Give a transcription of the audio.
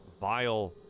vile